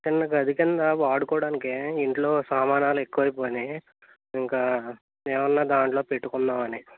చిన్న గది కింద వాడుకోవడానికి ఇంట్లో సామానులు ఎక్కువ అయిపోయినాయి ఇంకా ఏమన్న దాంట్లో పెట్టుకుందామని